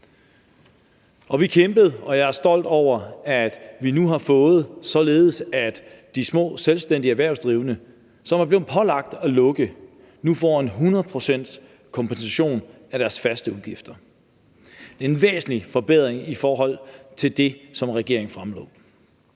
Vi kæmpede, og jeg er stolt over, at vi har fået gjort det således, at de små selvstændige erhvervsdrivende, som er blevet pålagt at lukke, nu får 100 pct.s kompensation af deres faste udgifter. Det er en væsentlig forbedring i forhold til det, som lå fra regeringen.